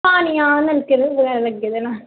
पानी हां नलके बगैरा लग्गे दे न